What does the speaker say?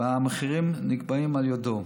והמחירים נקבעים על ידו,